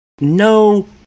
no